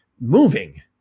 moving